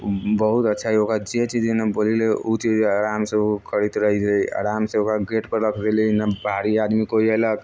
बहुत अच्छा है ओकरा जे चीज बोलैलियै उ चीज ओ आरामसँ करैत रहै छै आरामसँ ओकरा गेटपर रख देली ने बाहरी आदमी कोइ अयलक